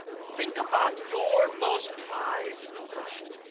think about your most prized possession.